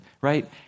right